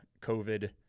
COVID